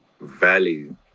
value